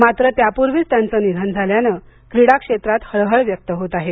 मात्र त्यापूर्वीच त्यांचं निधन झाल्यानं क्रीडा क्षेत्रात हळहळ व्यक्त होत आहे